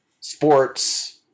sports